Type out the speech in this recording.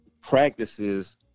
practices